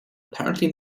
apparently